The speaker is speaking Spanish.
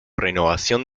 renovación